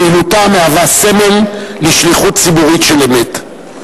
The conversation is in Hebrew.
פעילותה מהווה סמל לשליחות ציבורית של אמת.